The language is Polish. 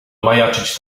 majaczyć